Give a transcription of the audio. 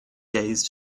gaze